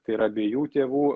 tai yra abiejų tėvų